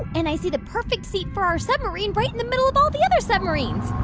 and i see the perfect seat for our submarine right in the middle of all the other submarines.